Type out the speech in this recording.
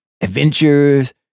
adventures